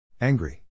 Angry